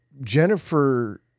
Jennifer